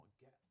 get